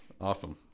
Awesome